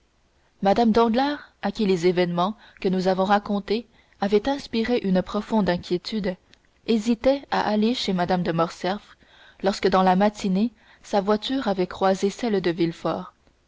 mme danglars à qui les événements que nous avons racontés avaient inspiré une profonde inquiétude hésitait à aller chez mme de morcerf lorsque dans la matinée sa voiture avait croisé celle de